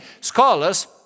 scholars